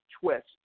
twist